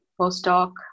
postdoc